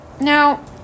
Now